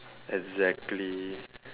exactly